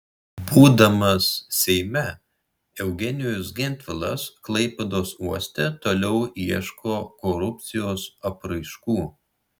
būdamas seime eugenijus gentvilas klaipėdos uoste toliau ieško korupcijos apraiškų